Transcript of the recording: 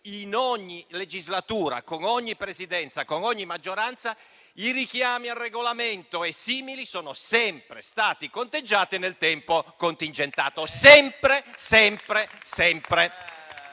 In ogni legislatura, con ogni Presidenza e maggioranza, i richiami al Regolamento e simili sono sempre stati conteggiati nel tempo contingentato. Ripeto: sempre.